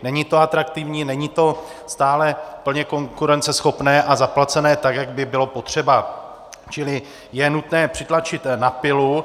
Není to atraktivní, není to stále plně konkurenceschopné a zaplacené tak, jak by bylo potřeba, čili je nutné přitlačit na pilu.